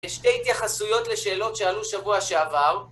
יש שתי התייחסויות לשאלות שעלו שבוע שעבר.